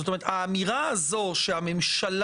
זאת אומרת, האמירה הזאת שהממשלה